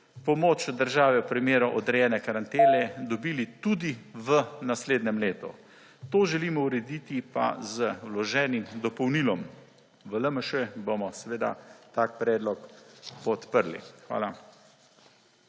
pomoč države v primeru odrejene karantene dobili tudi v naslednjem letu. To želimo urediti pa za vloženim dopolnilom. V LMŠ bomo seveda tak predlog podprli. Hvala.